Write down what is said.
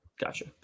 Gotcha